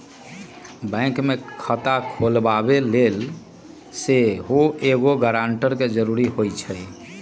bank में खता खोलबाबे लेल सेहो एगो गरानटर के जरूरी होइ छै